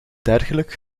dergelijk